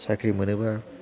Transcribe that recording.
साख्रि मोनोबा